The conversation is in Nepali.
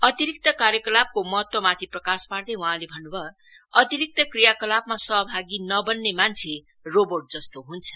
अतिरिक्त कार्यकलापको महत्वमाथि प्रकाश पार्दै वहाँले भन्नुभयो अतिरिक्त क्रियाकलापमा सहभागी नबन्ने मान्छे रोबोट जस्तो हुँदछ